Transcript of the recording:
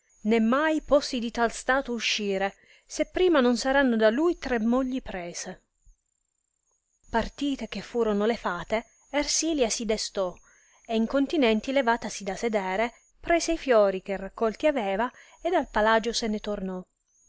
né mai possi di tal stato uscire se prima non saranno da lui tre mogli prese partite che furono le tre fate ersilia si destò e incontinenti levatasi da sedere prese i fiori che raccolti aveva ed al palagio se ne tornò